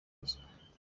ruswa